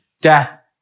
Death